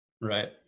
Right